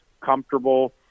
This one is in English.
comfortable